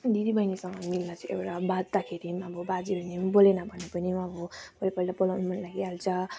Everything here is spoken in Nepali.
दिदीबहिनीसँग मिल्न चाहिँ एउटा बाझ्दाखेरि पनि अब बाझिरहने बोलेन भने पनि म अब पहिला पहिला बोलाउन मन लागिहाल्छ